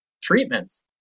treatments